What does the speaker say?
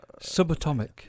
subatomic